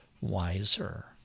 wiser